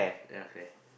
ya Claire